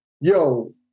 yo